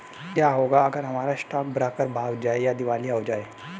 क्या होगा अगर हमारा स्टॉक ब्रोकर भाग जाए या दिवालिया हो जाये?